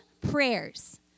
prayers